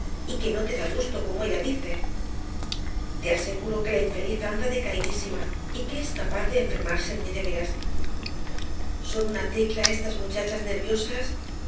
y que no te da gusto como ella dice te aseguro que la infeliz anda decaidísima y que es capaz de enfermarse muy de veras son una tecla estas muchachas nerviosas